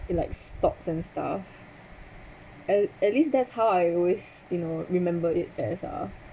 like stocks and stuff at at least that's how I always you know remember it as ah